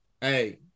Hey